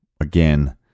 again